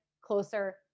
closer